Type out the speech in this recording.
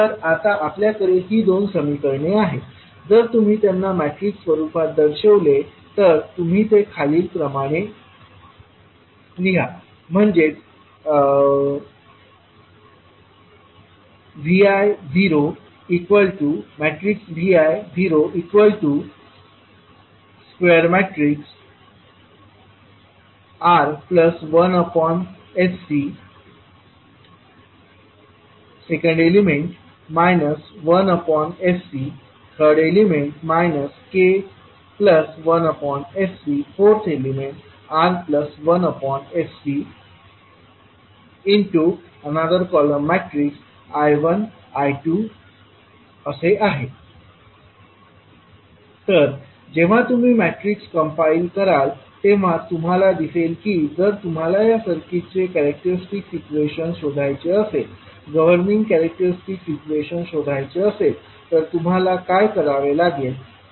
तर आता आपल्याकडे ही दोन समीकरणे आहेत जर तुम्ही त्यांना मॅट्रिक्स स्वरूपात दर्शवले तर तुम्ही ते खालील प्रमाणे लिहा म्हणजेच Vi 0 R1sC 1sC k1sC R1sC I1 I2 तर जेव्हा तुम्ही मॅट्रिक्स कम्पाइल कराल तेव्हा तुम्हाला दिसेल की जर तुम्हाला या सर्किटचे कॅरेक्टरिस्टिक इक्वेशन शोधायचे असेल गवर्निंग कॅरेक्टरिस्टिक इक्वेशन शोधायचे असेल तर तुम्हाला काय करावे लागेल